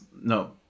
No